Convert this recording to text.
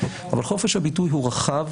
אבל חופש הביטוי הוא רחב,